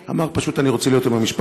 הוא אמר פשוט: אני רוצה להיות עם המשפחה,